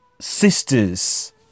sisters